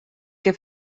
que